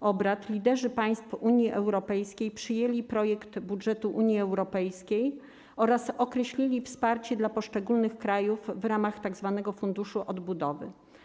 obrad liderzy państw Unii Europejskiej przyjęli projekt budżetu Unii Europejskiej oraz określili wsparcie dla poszczególnych krajów w ramach tzw. Funduszu Odbudowy.